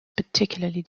particularly